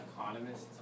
economists